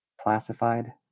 classified